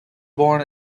born